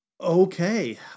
Okay